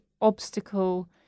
obstacle